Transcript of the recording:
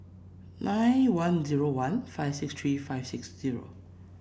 nine one zero one five six three five six zero